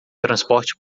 transporte